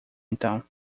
então